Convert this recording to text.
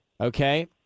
Okay